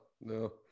no